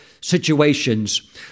situations